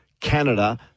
Canada